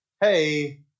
hey